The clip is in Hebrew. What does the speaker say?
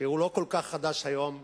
שהוא לא כל כך חדש היום,